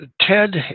Ted